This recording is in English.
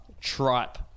tripe